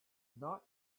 not